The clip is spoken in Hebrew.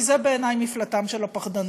כי זה בעיני מפלטם של הפחדנים,